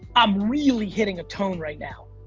i'm really hitting a tone right now.